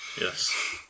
Yes